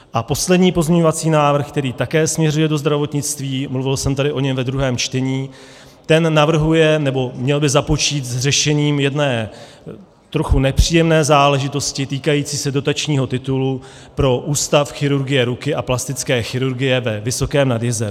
A poslední pozměňovací návrh, který také směřuje do zdravotnictví, mluvil jsem tady o něm ve druhém čtení, ten by měl započít s řešením jedné trochu nepříjemné záležitosti týkající se dotačního titulu pro Ústav chirurgie ruky a plastické chirurgie ve Vysokém nad Jizerou.